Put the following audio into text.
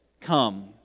Come